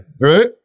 right